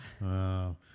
Wow